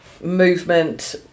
movement